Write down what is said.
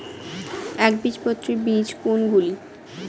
একবীজপত্রী বীজ কোন গুলি?